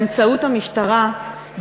באמצעות המשטרה,